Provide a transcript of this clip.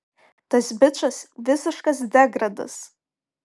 tas bičas visiškas degradas